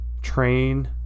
train